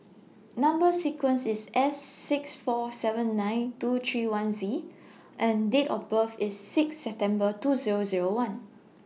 Number sequence IS S six four seven nine two three one Z and Date of birth IS six September two Zero Zero one